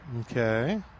Okay